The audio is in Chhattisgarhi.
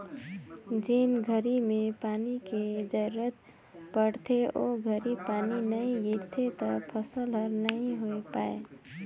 जेन घरी में पानी के जरूरत पड़थे ओ घरी पानी नई गिरथे त फसल हर नई होय पाए